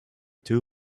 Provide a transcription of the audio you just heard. two